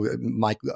Mike